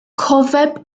cofeb